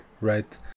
Right